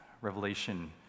Revelation